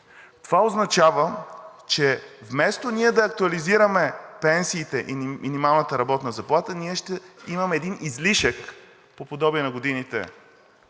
Това означава, че вместо да актуализираме пенсиите и минималната работна заплата, ние ще имаме един излишък по подобие на годините,